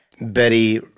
Betty